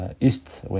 East